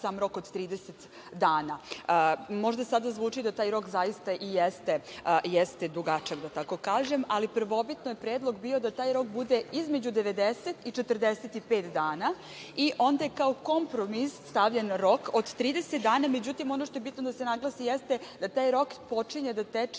sam rok od 30 dana. Možda sada zvuči da taj rok zaista i jeste dugačak, da tako kažem, ali prvobitno je predlog bio da taj rok bude između 90 i 45 dana i onda je kao kompromis stavljen rok od 30 dana. Međutim, ono što je bitno da se naglasi jeste da taj rok počinje da teče